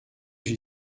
j’y